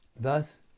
Thus